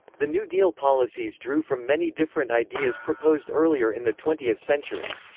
the new deal policies drew from many different ideas proposed earlier in the twentieth century.